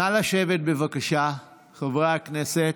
נא לשבת בבקשה, חברי הכנסת.